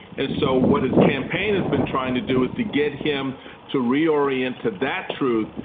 and so what his campaign has been trying to do is to get him to reorient to that truth.